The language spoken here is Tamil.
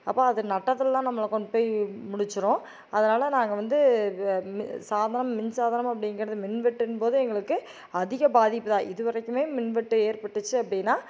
அப்போ அது நட்டத்தில் தான் நம்மளை கொண்டு போய் முடிச்சிரும் அதனால் நாங்கள் வந்து சாதனம் மின் சாதனம் அப்படிங்கறது மின் வெட்டின்போது எங்களுக்கு அதிக பாதிப்புதான் இது வரைக்கும் மின் வெட்டு ஏற்பட்டுச்சு அப்படினா